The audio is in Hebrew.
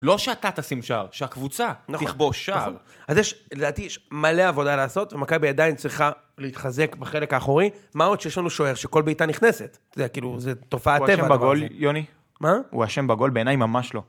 לא שאתה תשים שער, שהקבוצה תכבוש שער. אז יש, לדעתי, מלא עבודה לעשות, ומכה בידיים צריכה להתחזק בחלק האחורי, מה עוד שיש לנו שוער שכל בעיטה נכנסת? זה כאילו, זו תופעה טבע. יוני? מה , הוא ה' בגול, בעיניי ממש לא.